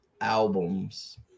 albums